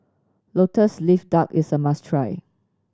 Lotus Leaf Duck is a must try